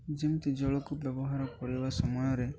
ଯେମିତି ଜଳକୁ ବ୍ୟବହାର କରିବା ସମୟରେ